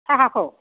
साहाखौ